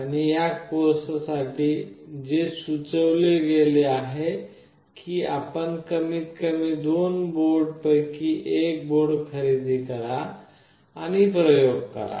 आणि या कोर्स साठी जे सुचवले गेले आहे की आपण कमीत कमी दोन पैकी एक बोर्ड खरेदी करा आणि प्रयोग करा